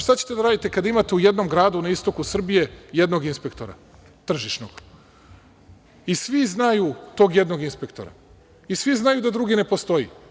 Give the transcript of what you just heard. Šta ćete da radite kada imate u jednom gradu na istoku Srbije, jednog inspektora, tržišnog i svi znaju tog jednog inspektora, i svi znaju da drugi ne postoji.